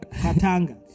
Katanga